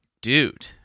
dude